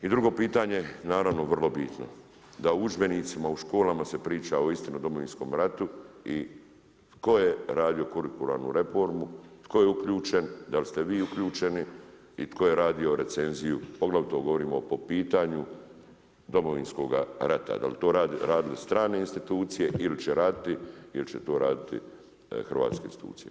I drugo pitanje naravno vrlo bitno da u udžbenicima u školama se priča o istini, o Domovinskom ratu i tko je radio kurikularnu reformu tko je uključen, dal' ste vi uključeni i tko je radio recenziju poglavito govorimo po pitanju Domovinskoga rata, dal' to rade strane institucije ili će raditi ili će to raditi hrvatske institucije.